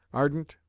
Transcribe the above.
ardent,